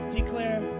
declare